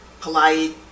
polite